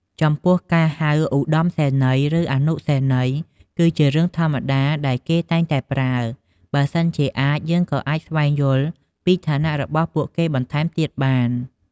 ចំពោះការហៅ ឧត្តមសេនីយ៍ ឬ អនុសេនីយ៍ គឺជារឿងធម្មតាដែលគេតែងតែប្រើ បើសិនជាអាចយើងក៏អាចស្វែងយល់ពីឋានៈរបស់ពួកគេបន្ថែមទៀតបាន។